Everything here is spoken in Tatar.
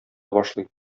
башлый